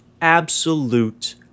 absolute